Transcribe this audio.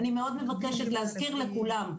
אני מאוד מבקשת להזכיר לכולם,